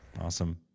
Awesome